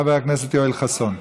חבר הכנסת יואל חסון.